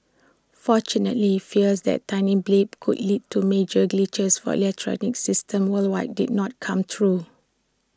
fortunately fears that tiny blip could lead to major glitches for electronic systems worldwide did not come true